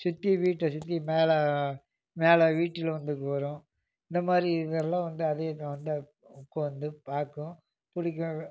சுற்றி வீட்டை சுற்றி மேலே மேலே வீட்டில் வந்து உட்காரும் இந்தமாதிரி இதெல்லாம் வந்து அதுவும் இதுவும் வந்து உட்காந்து பார்க்கும் குளிக்கும்